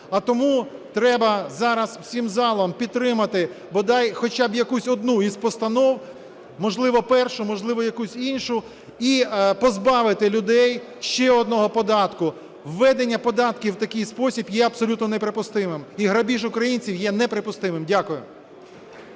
А тому треба зараз всім залом підтримати бодай хоча б якусь одну із постанов, можливо, першу, можливо, якусь іншу, і позбавити людей ще одного податку. Введення податків в такий спосіб є абсолютно неприпустимим і грабіж українців є неприпустимим. Дякую.